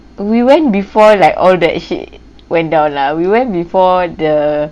we went before like all that shit went down lah we went before the